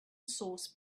source